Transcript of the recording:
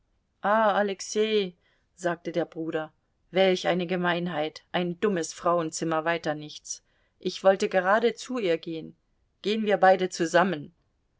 alexei sagte der bruder welch eine gemeinheit ein dummes frauenzimmer weiter nichts ich wollte gerade zu ihr gehen gehen wir beide zu